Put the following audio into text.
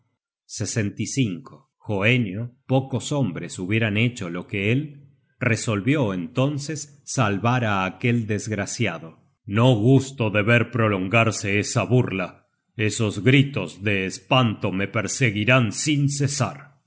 dejais la vida content from google book search generated at hoenio pocos hombres hubieran hecho lo que él resolvió entonces salvar á aquel desgraciado no gusto de ver prolongarse esa burla esos gritos de espanto me perseguirian sin cesar